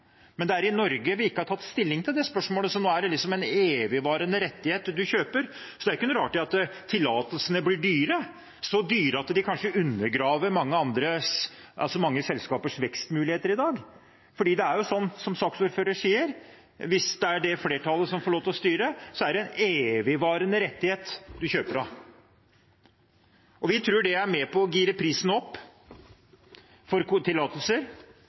men det er i Norge vi ikke har tatt stilling til det spørsmålet. Så nå er det liksom en evigvarende rettighet du kjøper, og da er det ikke noe rart at tillatelsene blir dyre – så dyre at de kanskje undergraver mange selskapers vekstmuligheter i dag. For det er jo sånn, som saksordføreren sier, at hvis det er dette flertallet som får lov til å styre, er det en evigvarende rettighet du kjøper. Vi tror det er med på å gire prisen opp for tillatelser.